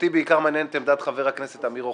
אותי בעיקר מעניינת עמדת חבר הכנסת אמיר אוחנה,